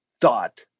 thought